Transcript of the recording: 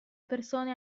persone